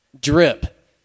Drip